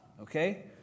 Okay